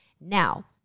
Now